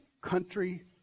country